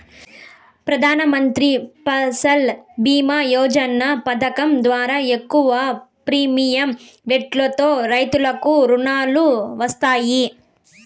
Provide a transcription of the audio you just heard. ప్రధానమంత్రి ఫసల్ భీమ యోజన పథకం ద్వారా తక్కువ ప్రీమియం రెట్లతో రైతులకు రుణాలు వస్తాయి